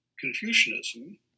Confucianism